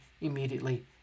immediately